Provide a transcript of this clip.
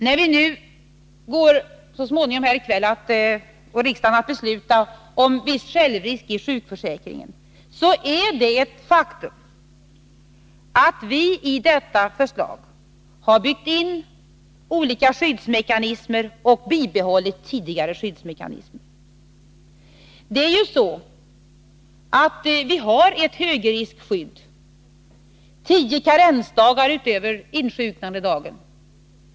När riksdagen så småningom här i kväll går att besluta om viss självrisk i sjukförsäkringen är det ett faktum att vi i detta förslag har byggt in olika skyddsmekanismer och bibehållit tidigare skyddsmekanismer. Det är ju så att vi har ett högriskskydd — 10 karensdagar utöver insjunknandedagen.